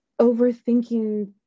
overthinking